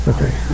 Okay